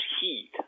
heat